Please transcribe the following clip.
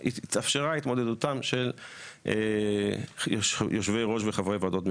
התאפשרה התמודדותם של יושבי ראש וחברי ועדות ממונות.